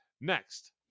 Next